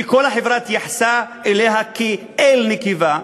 שכל החברה התייחסה אליה כאל נקבה,